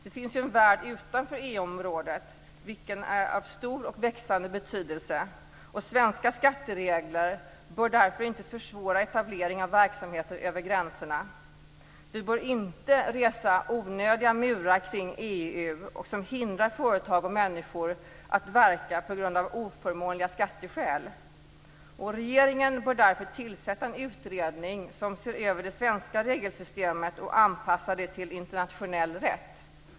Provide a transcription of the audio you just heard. Det finns ju en värld utanför EU-området, vilken är av stor och växande betydelse. Svenska skatteregler bör därför inte försvåra etablering av verksamheter över gränserna. Vi bör inte resa onödiga murar kring EU som hindrar företag och människor att verka på grund av oförmånliga skatteskäl. Regeringen bör därför tillsätta en utredning som ser över det svenska regelsystemet och anpassar det till internationell rätt.